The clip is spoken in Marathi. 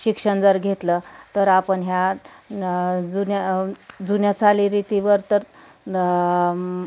शिक्षण जर घेतलं तर आपण ह्या जुन्या जुन्या चालीरीतीवर तर